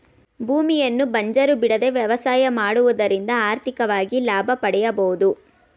ಭೂಮಿಯನ್ನು ಬಂಜರು ಬಿಡದೆ ವ್ಯವಸಾಯ ಮಾಡುವುದರಿಂದ ಆರ್ಥಿಕವಾಗಿ ಲಾಭ ಪಡೆಯಬೋದು